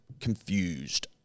confused